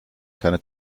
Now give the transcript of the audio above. keine